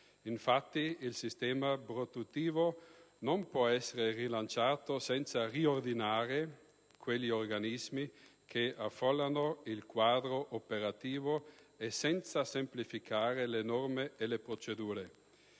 Infatti, il sistema produttivo non può essere rilanciato senza riordinare quegli organismi che affollano il quadro operativo e senza semplificare le norme e le procedure.